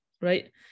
Right